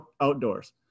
outdoors